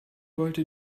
wollte